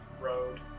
road